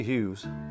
Hughes